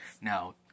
Now